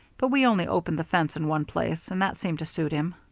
but we only opened the fence in one place, and that seemed to suit him.